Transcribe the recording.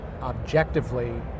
objectively